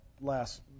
last